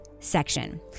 section